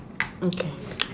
okay